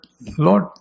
Lord